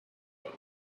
ago